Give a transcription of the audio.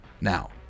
now